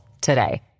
today